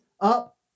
up